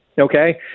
okay